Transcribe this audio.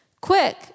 Quick